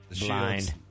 blind